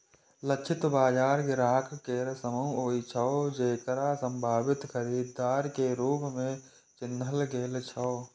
लक्षित बाजार ग्राहक केर समूह होइ छै, जेकरा संभावित खरीदार के रूप मे चिन्हल गेल छै